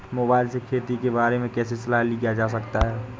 Mobile से खेती के बारे कैसे सलाह लिया जा सकता है?